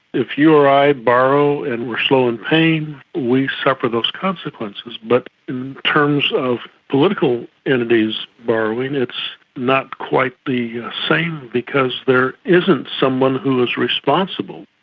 if you or i borrow and we are slow in paying, we suffer those consequences. but in terms of political entities borrowing, it's not quite the same because there isn't someone who is responsible.